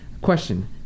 Question